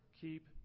keep